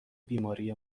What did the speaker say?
بیماری